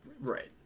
Right